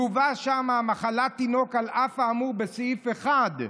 יובא שם: "מחלת תינוק, על אף האמור בסעיף 1,